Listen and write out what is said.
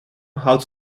houdt